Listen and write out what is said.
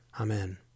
Amen